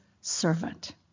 servant